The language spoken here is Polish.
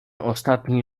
ostatni